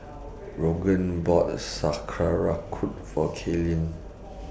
Rodger bought Sauerkraut For Kaylen